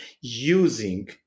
using